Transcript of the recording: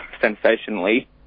sensationally